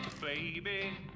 baby